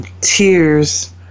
tears